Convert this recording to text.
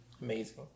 amazing